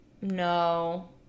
no